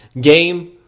game